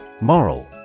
Moral